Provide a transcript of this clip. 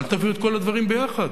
אל תביאו את כל הדברים ביחד.